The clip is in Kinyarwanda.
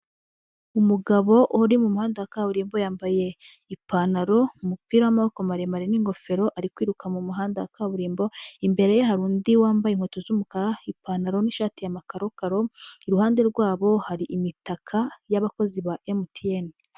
Umugabo uri mu muhanda wa kaburimbo yambaye ipantaro, umupira w'amaboko maremare n'ingofero, ari kwiruka mu muhanda wa kaburimbo. Imbere ye hari undi wambaye inkweto z'umukara, ipantaro n'ishati ya makarokaro iruhande rwabo hari imitaka y'abakozi ba MTN.